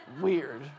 weird